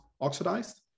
oxidized